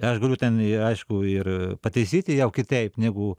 aš galiu ten i aišku ir pataisyti jau kitaip negu